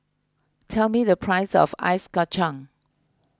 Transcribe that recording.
tell me the price of Ice Kacang